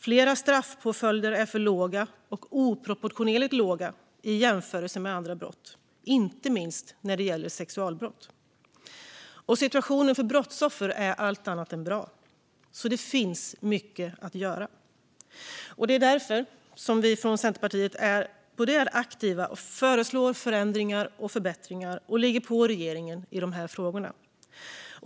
Flera straffpåföljder är för låga och oproportionerligt låga i jämförelse med hur de är för andra brott. Det gäller inte minst sexualbrott. Och situationen för brottsoffer är allt annat än bra. Det finns alltså mycket att göra. Det är därför som vi från Centerpartiet är aktiva, föreslår förändringar och förbättringar och ligger på regeringen i dessa frågor.